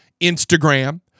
Instagram